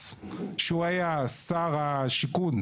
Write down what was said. לפינוי של אדם תוך 19 יום,